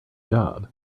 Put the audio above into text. job